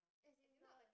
as in the